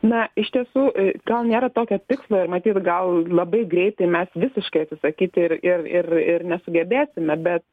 na iš tiesų gal nėra tokio tikslo ir matyt gal labai greitai mes visiškai atsisakyt ir ir ir ir nesugebėsime bet